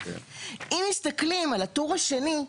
אם מסתכלים על הטור השני,